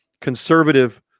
conservative